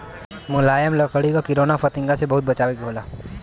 मुलायम लकड़ी क किरौना फतिंगा से बहुत बचावे के होला